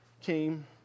came